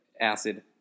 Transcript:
acid